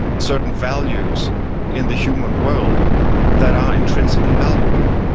certain values in the human world that are intrinsically valuable.